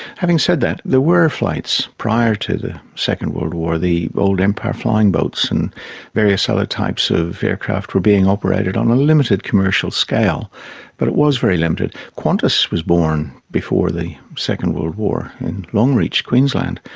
having said that, there were flights prior to the second world war, the old empire flying boats and various other types of aircraft were being operated on a limited commercial scale but it was very limited. qantas was born before the second world war in longreach, queensland,